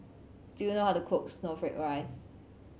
do you know how to cook snowflake ice